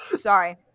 sorry